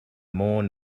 more